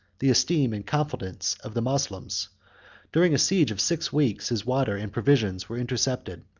the esteem and confidence of the moslems during a siege of six weeks his water and provisions were intercepted,